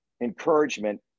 encouragement